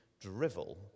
drivel